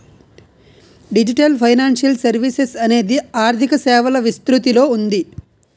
digital financial services అనేది ఆర్థిక సేవల విస్తృతిలో ఉంది